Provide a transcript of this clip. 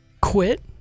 quit